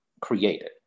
created